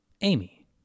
Amy